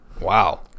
Wow